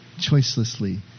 choicelessly